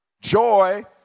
Joy